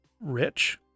rich